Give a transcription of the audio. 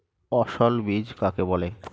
অসস্যল বীজ কাকে বলে?